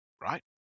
right